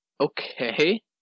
Okay